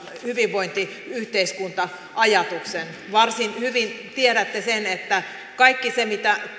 hyvinvointiyhteiskunta ajatuksen varsin hyvin tiedätte että kaiken sen mitä